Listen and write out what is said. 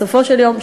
בסופו של יום,